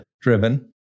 driven